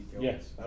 Yes